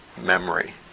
memory